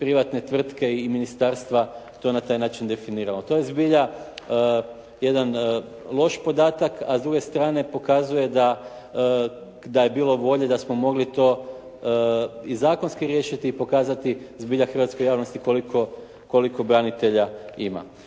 privatne tvrtke i ministarstva to na taj način definiralo. To je zbilja jedan loš podatak, a s druge strane pokazuje da je bilo volje da smo mogli to i zakonski riješiti i pokazati zbilja hrvatskoj javnosti koliko branitelja ima.